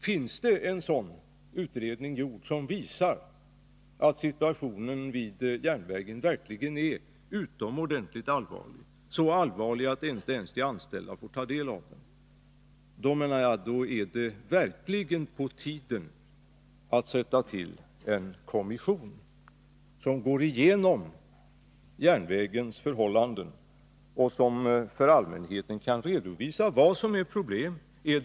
Finns det en sådan utredning gjord, som visar att situationen vid järnvägen verkligen är utomordentligt allvarlig — så allvarlig att inte ens de anställda får ta del av utredningen? Då är det | verkligen på tiden att sätta till en kommission som får gå igenom järnvägens förhållanden och som för allmänheten kan redovisa vad som är problemen.